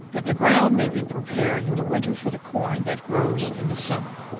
that the ground may be prepared in the winter for the corn that grows in the summer.